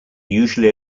usually